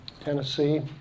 Tennessee